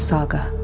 Saga